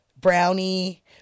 brownie